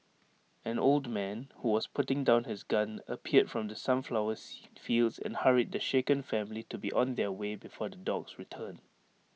an old man who was putting down his gun appeared from the sunflowers fields and hurried the shaken family to be on their way before the dogs return